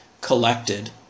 collected